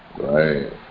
Right